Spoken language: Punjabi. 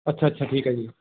ਅੱਛਾ ਅੱਛਾ ਠੀਕ ਹੈ ਜੀ